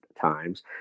times